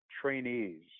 trainees